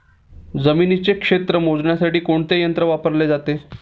जमिनीचे क्षेत्र मोजण्यासाठी कोणते यंत्र वापरले जाते?